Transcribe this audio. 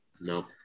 no